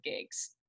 gigs